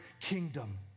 kingdom